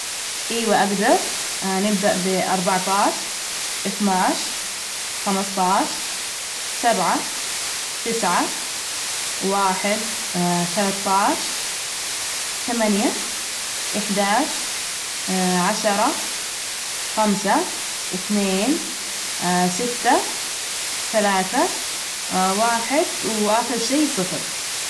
أيوه. أجدر هنبدء ب اربعة عشر، اثنى عشر، خمسة عشر، سبعة، تسعة، واحد ، ثلاثة عشر، ثمانية، احدى عشر، عشرة، خمسة، اثنين، ستة، ثلاثة، واحد، وآخر شي صفر.